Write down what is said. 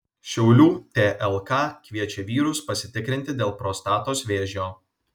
šiaulių tlk kviečia vyrus pasitikrinti dėl prostatos vėžio